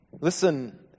Listen